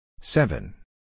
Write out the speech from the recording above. Seven